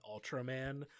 Ultraman